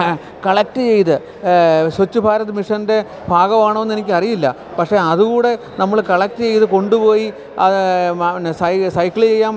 collect ചെയ്ത് സ്വച്ഛ് ഭാരത് മിഷൻ്റെ ഭാഗമാണോ എന്നെനിക്കറിയില്ല പക്ഷെ അതും കൂടെ നമ്മള് കളെക്റ്റെയ്ത് കൊണ്ടുപോയി സൈക്കിൽ ചെയ്യുക